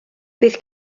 bydd